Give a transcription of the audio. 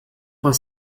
vingt